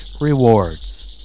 rewards